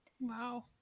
wow